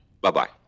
bye-bye